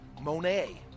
Monet